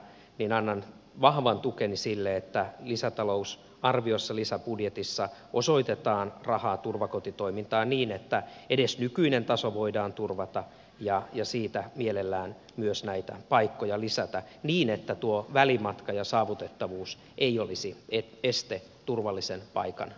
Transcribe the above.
minä annan vahvan syyllistynyt että lisätalousarviossa lisäbudjetissa osoitetaan rahaa turvakotitoimintaan niin että edes nykyinen taso voidaan turvata ja siitä mielellään myös näitä paikkoja lisätä niin että tuo välimatka ja saavutettavuus eivät olisi esteenä turvallisen paikan löytämiselle